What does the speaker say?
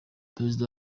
perezida